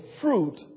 fruit